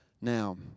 now